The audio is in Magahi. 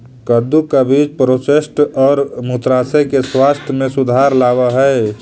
कद्दू का बीज प्रोस्टेट और मूत्राशय के स्वास्थ्य में सुधार लाव हई